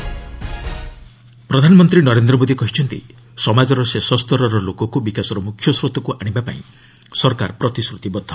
PM Varanasi ପ୍ରଧାନମନ୍ତ୍ରୀ ନରେନ୍ଦ୍ର ମୋଦି କହିଛନ୍ତି ସମାଜର ଶେଷ ସ୍ତରର ଲୋକଙ୍କୁ ବିକାଶର ମୁଖ୍ୟସ୍ରୋତକୁ ଆଣିବାପାଇଁ ସରକାର ପ୍ରତିଶ୍ରତିବଦ୍ଧ